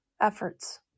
efforts